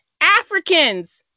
Africans